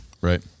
Right